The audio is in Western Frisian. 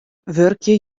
wurkje